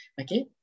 Okay